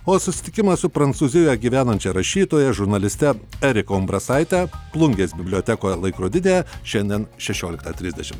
o susitikimas su prancūzijoje gyvenančia rašytoja žurnaliste erika umbrasaite plungės bibliotekoje laikrodide šiandien šešioliktą trisdešimt